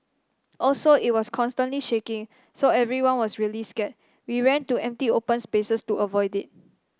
also it was constantly shaking so everyone was really scared we ran to empty open spaces to avoid it